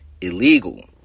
illegal